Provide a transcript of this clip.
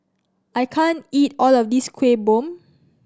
I can't eat all of this Kuih Bom